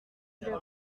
les